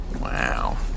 Wow